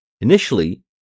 Initially